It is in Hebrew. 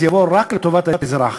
זה יהיה רק לטובת האזרח,